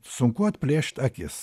sunku atplėšt akis